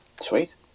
Sweet